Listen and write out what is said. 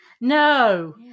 No